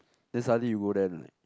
then suddenly you go there and like